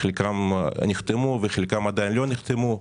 שחלקם נחתמו וחלקם עדיין לא נחתמו,